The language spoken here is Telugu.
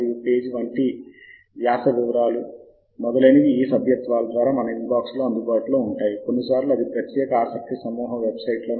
అయితే ఈ సమాచారాన్ని కలపడానికి మరియు సరిపోల్చడానికి వాటిని విశ్లేషించడానికి గమనికలు మొదలైనవి వ్రాయగల ఒక రిఫరెన్స్ మేనేజర్ ఒకటి కావాలి జాబ్ రెఫ్ అనే సాఫ్ట్వేర్ను ఉపయోగించమని నేను మీకు సిఫారసు చేస్తాను